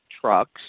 trucks